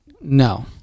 No